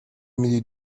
میدی